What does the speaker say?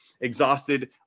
exhausted